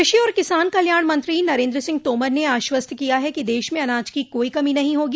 कृषि और किसान कल्याण मंत्री नरेन्द्र सिंह तोमर ने आश्वस्त किया है कि देश में अनाज की कोई कमी नहीं होगी